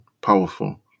powerful